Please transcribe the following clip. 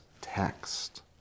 text